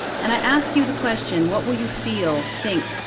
and i ask you the question, what will you feel, think,